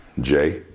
Jay